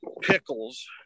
pickles